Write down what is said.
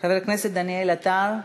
חבר הכנסת דניאל עטר,